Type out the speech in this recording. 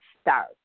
start